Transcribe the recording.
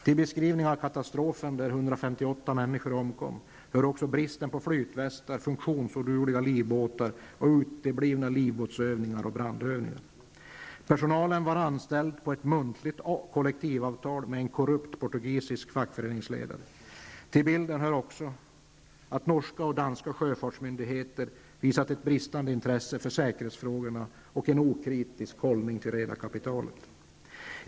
Till beskrivningarna av katastrofen, där 158 människor omkom, hör också bristen på flytvästar, funktionsodugliga livbåtar och uteblivna livbåtsövningar och brandövningar. Personalen var anställd på ett muntligt kollektivavtal med en korrupt portugisisk fackföreningsledare. Till bilden hör också att norska och danska sjöfartsmyndigheter visat ett bristande intresse för säkerhetsfrågorna och en okritisk hållning till redarkapitalet.